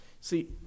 See